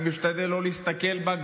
אני משתדל לא להסתכל בה,